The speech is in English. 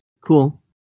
Cool